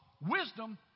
wisdom